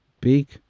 big